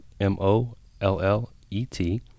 M-O-L-L-E-T